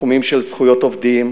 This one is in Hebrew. בתחומים של זכויות עובדים,